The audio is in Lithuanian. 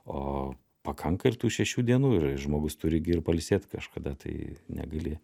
o pakanka ir tų šešių dienų ir žmogus turi gi ir pailsėt kažkada tai negali